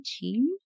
team